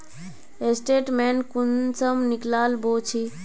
Statement कुंसम निकलाबो छी?